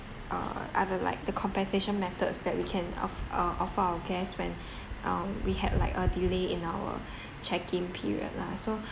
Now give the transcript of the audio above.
uh other like the compensation methods that we can off~ uh offer our guests when um we had like a delay in our check in period lah so